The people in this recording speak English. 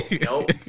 nope